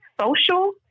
social